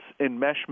enmeshment